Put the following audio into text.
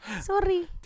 Sorry